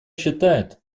считает